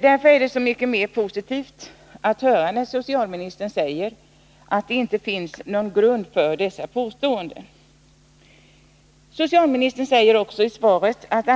Därför är det så mycket mer positivt att höra socialministern säga att det inte finns någon grund för dessa påståenden. Socialministern säger också i svaret att